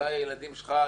אולי הילדים שלך,